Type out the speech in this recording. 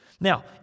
Now